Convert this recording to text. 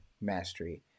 mastery